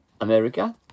America